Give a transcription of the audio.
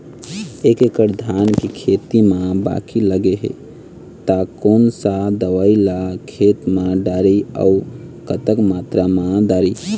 एक एकड़ धान के खेत मा बाकी लगे हे ता कोन सा दवई ला खेत मा डारी अऊ कतक मात्रा मा दारी?